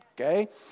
Okay